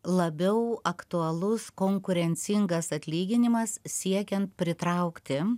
labiau aktualus konkurencingas atlyginimas siekiant pritraukti